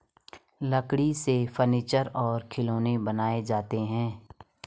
लकड़ी से फर्नीचर और खिलौनें बनाये जाते हैं